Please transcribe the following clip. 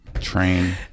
train